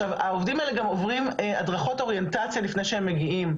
העובדים האלה גם עוברים הדרכות אוריינטציה לפני שהם מגיעים.